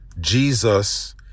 Jesus